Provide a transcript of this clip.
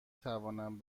توانم